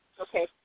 Okay